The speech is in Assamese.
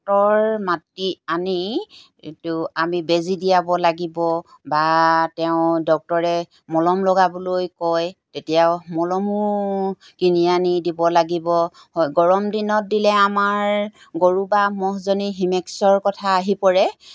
ডক্টৰ মাতি আনি আমি বেজী দিয়াব লাগিব বা তেওঁ ডক্টৰে মলম লগাবলৈ কয় তেতিয়াও মলমো কিনি আনি দিব লাগিব গৰম দিনত দিলে আমাৰ গৰু বা ম'হজনী হিমেক্সৰ কথা আহি পৰে